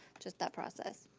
just that process.